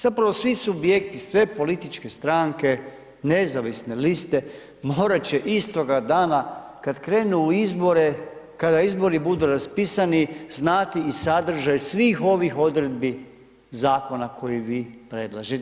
Zapravo svi subjekti, sve političke stranke, nezavisne liste, morati će istoga dana kad krenu u izbore, kada izbori budu raspisani znati i sadržaj svih ovih odredbi zakona koje vi predlažete.